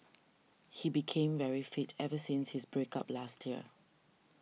he became very fit ever since his break up last year